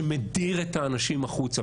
שמדיר את האנשים החוצה.